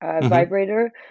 vibrator